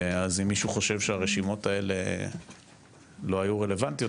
אז אם מישהו חושב שהרשימות האלה לא היו רלוונטיות,